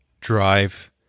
drive